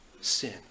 sin